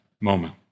moment